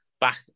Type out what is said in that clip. back